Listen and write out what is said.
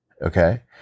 Okay